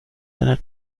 deiner